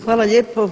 Hvala lijepo.